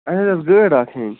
اَسہِ حظ أسۍ گٲڑۍ اَکھ ہیٚنۍ